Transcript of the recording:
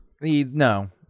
No